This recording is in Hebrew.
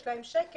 יש להן שקט,